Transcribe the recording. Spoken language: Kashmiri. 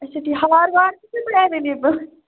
اَچھا ٹھیٖک ہار وار چھِو تۅہہِ ایٚویلیبٕل